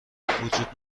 وجود